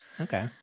Okay